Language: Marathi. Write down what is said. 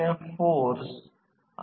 2 KVA ट्रान्सफॉर्मर आहे